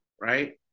Right